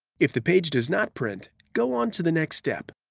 if the page does not print, go on to the next step.